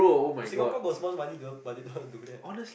Singapore got so much money they all but they don't want to do that